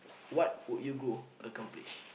what would you go accomplish